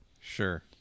Sure